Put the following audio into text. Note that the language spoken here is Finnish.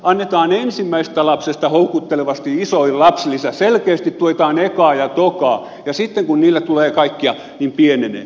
annetaan ensimmäisestä lapsesta houkuttelevasti isoin lapsilisä selkeästi tuetaan ekaa ja tokaa ja sitten kun niitä tulee kaikkia niin pienenee